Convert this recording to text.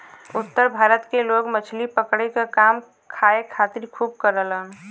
उत्तर भारत के लोग मछली पकड़े क काम खाए खातिर खूब करलन